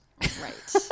Right